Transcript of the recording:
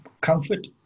comfort